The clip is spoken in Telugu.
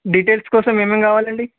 డిటైల్స్ కోసం ఏమేం కావాలండి